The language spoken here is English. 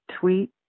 tweet